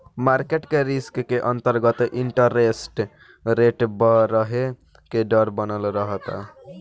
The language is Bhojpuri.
मारकेट रिस्क के अंतरगत इंटरेस्ट रेट बरहे के डर बनल रहता